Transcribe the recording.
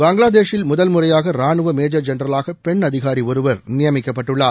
பங்களாதேஷில் முதல் முறையாக ரானுவ மேஜர் ஜென்ரவாக பெண் அதிகாரி ஒருவர் நியமிக்கப்பட்டுள்ளார்